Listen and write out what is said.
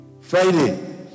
Friday